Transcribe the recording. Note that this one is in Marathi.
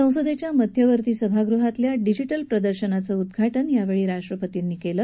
संसदेच्या मध्यवर्ती सभागृहातल्या डिजिटल प्रदर्शनाचं उद्घाटन यावेळी राष्ट्रपतींनी केलं